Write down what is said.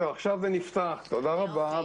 תודה רבה.